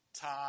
time